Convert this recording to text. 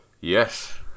Yes